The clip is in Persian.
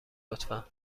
لطفا